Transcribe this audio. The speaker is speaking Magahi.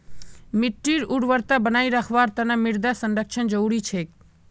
मिट्टीर उर्वरता बनई रखवार तना मृदा संरक्षण जरुरी छेक